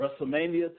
WrestleMania